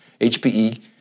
HPE